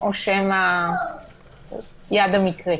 או שמא יד המקרה.